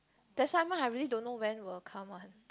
that sometimes I really don't know when will come one